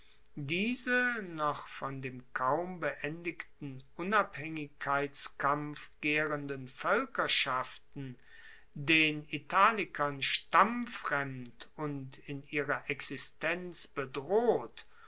diese noch von dem kaum beendigten unabhaengigkeitskampf gaerenden voelkerschaften den italikern stammfremd und in ihrer existenz bedroht